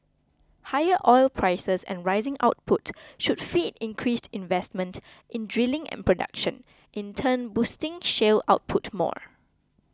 higher oil prices and rising output should feed increased investment in drilling and production in turn boosting shale output more